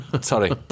Sorry